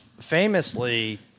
famously